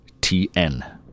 TN